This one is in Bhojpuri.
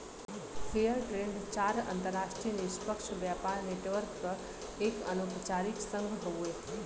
फेयर ट्रेड चार अंतरराष्ट्रीय निष्पक्ष व्यापार नेटवर्क क एक अनौपचारिक संघ हउवे